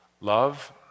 love